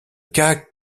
cas